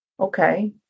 Okay